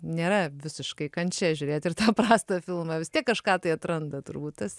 nėra visiškai kančia žiūrėt ir tą prastą filmą vis tiek kažką tai atrandat turbūt tas